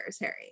Harry